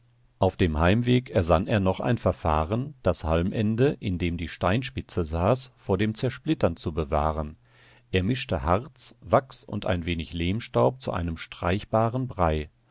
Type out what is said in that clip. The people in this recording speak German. auf dem heimweg ersann er noch ein verfahren das halmende in dem die steinspitze saß vor dem zersplittern zu bewahren er mischte harz wachs und ein wenig lehmstaub zu einem streichbaren brei